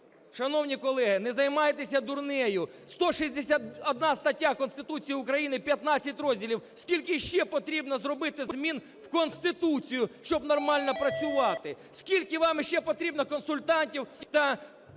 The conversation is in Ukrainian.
Шановні колеги, не займайтеся дурнею. 161 стаття Конституції України 15 розділів. Скільки іще потрібно зробити змін в Конституцію, щоб нормально працювати? Скільки вам іще потрібно консультантів та